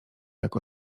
jak